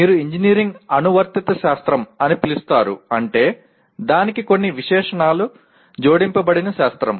మీరు ఇంజనీరింగ్ అనువర్తిత శాస్త్రం అని పిలుస్తారు అంటే దానికి కొన్ని విశేషణాలు జోడించబడిన శాస్త్రం